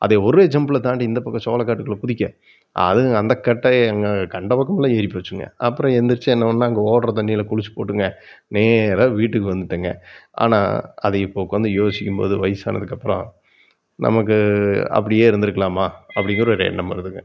அதை ஒரே ஜம்பில் தாண்டி இந்த பக்கம் சோளக்காட்டுக்குள்ளே குதிக்க அதுங்க அந்த கட்டை எங்கே கண்ட பக்கமெல்லாம் ஏறிப்போச்சுங்க அப்புறம் எந்துருச்சு என்ன பண்ணிணேன் அங்கே ஓடுகிற தண்ணியில் குளிச்சுப்போட்டுங்க நேராக வீட்டுக்கு வந்துட்டேங்க ஆனால் அதை இப்போ உக்கார்ந்து யோசிக்கும்போது வயசானதுக்கப்பறம் நமக்கு அப்படியே இருந்துருக்கலாமா அப்படிங்கிற ஒரு எண்ணம் வருதுங்க